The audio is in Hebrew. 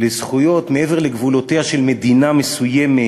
לזכויות מעבר לגבולותיה של מדינה מסוימת